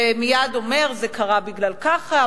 ומייד אומר: זה קרה בגלל ככה,